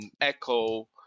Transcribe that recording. Echo